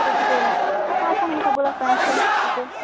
ତ ଟିକେ ହଁ ଆପଣ ସବୁବେଳେ ଟିକେ